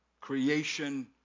creation